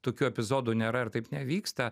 tokių epizodų nėra ir taip nevyksta